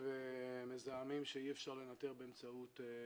איך לחלק את התקציב הזה ואנחנו מקווים שזה באמת ייתן את המענה.